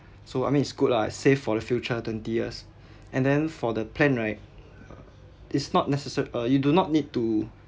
so I mean it's good lah save for the future twenty years and then for the plan right uh it's not necessa~ uh you do not need to